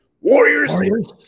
warriors